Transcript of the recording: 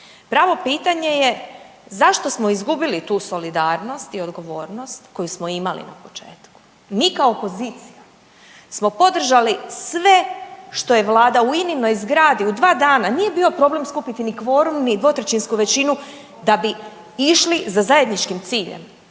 Pravo pitanje je zašto smo izgubili tu solidarnost i odgovornost koju smo imali na početku. Mi kao opozicija smo podržali sve je vlada u Ininoj zgradi u 2 dana, nije bio problem skupiti ni kvorum, ni 2/3 većinu da bi išli za zajedničkim ciljem,